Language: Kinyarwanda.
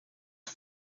com